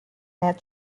that